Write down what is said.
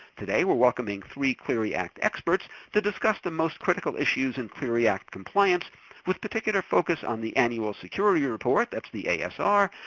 today we're welcoming three clery act experts to discuss the most critical issues in clery act compliance with particular focus on the annual security report, that's the asr,